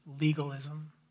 legalism